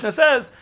says